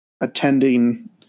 attending